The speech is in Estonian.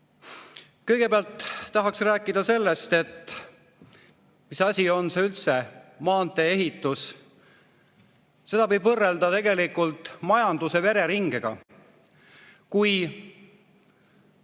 Kõigepealt tahaks rääkida sellest, mis asi on üldse maantee-ehitus. Seda võib võrrelda tegelikult majanduse vereringega. Kui transport